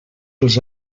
els